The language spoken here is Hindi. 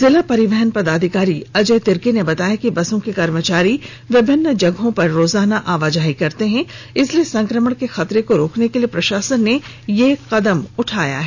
जिला परिवहन पदाधिकारी अजय तिर्की ने बताया कि बसों के कर्मचारी विभिन्न जगहों पर रोजाना आवाजाही करते हैं इसलिए संक्रमण के खतरे को रोकने के लिए प्रशासन ने यह कदम उठाया है